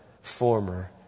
former